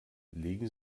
legen